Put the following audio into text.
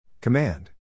Command